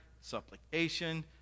supplication